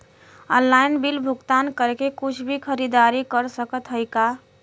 Online bill भुगतान करके कुछ भी खरीदारी कर सकत हई का?